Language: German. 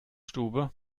stube